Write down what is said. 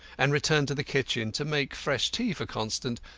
and returned to the kitchen to make fresh tea for constant,